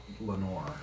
Lenore